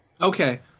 Okay